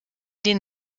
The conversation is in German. den